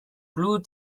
blue